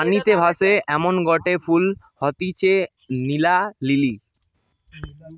পানিতে ভাসে এমনগটে ফুল হতিছে নীলা লিলি